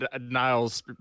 Niles